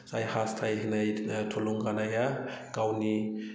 जाय हास्थायनाय थुलुंगानाया गावनि